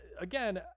Again